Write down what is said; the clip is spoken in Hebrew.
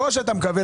לא שאתה יכול.